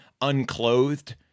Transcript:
unclothed